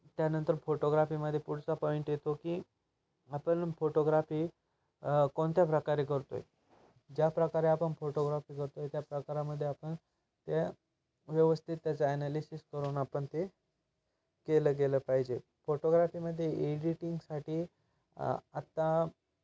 त्यानंतर फोटोग्राफीमध्ये पुढचा पॉईंट येतो की आपण फोटोग्राफी कोणत्या प्रकारे करतो आहे ज्याप्रकारे आपण फोटोग्राफी करतो आहे त्या प्रकारामध्ये आपण त्या व्यवस्थित त्याचा ॲनालिसिस करून आपण ते केलं गेलं पाहिजे फोटोग्राफीमध्ये एडिटिंगसाठी आत्ता